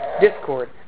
discord